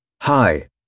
Hi